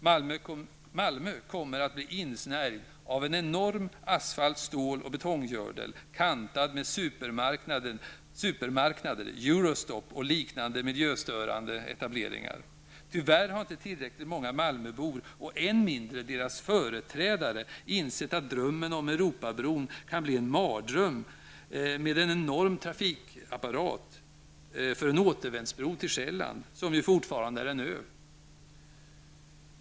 Malmö kommer att bli insnärjd av en enorm asfalts-, stål och betonggördel, kantad med supermarknader, Eurostopp och liknande miljöstörande etableringar. Tyvärr har inte tillräckligt många malmöbor och än mindre deras företrädare insett att drömmen om Europabron kan bli en mardröm med en enorm trafikapparat för en återvändsbro till Själland, som nu fortfarande är en ö.